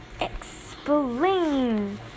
Explain